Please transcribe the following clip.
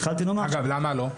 אגב, למה לא?